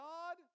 God